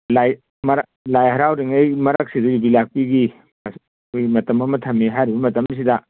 ꯂꯥꯏ ꯍꯥꯔꯥꯎꯔꯤꯉꯩ ꯃꯔꯛꯁꯤꯗ ꯌꯨꯕꯤ ꯂꯥꯛꯄꯤꯒꯤ ꯑꯩꯈꯣꯏꯒꯤ ꯃꯇꯝ ꯑꯃ ꯊꯝꯃꯤ ꯍꯥꯏꯔꯤꯕ ꯃꯇꯝꯁꯤꯗ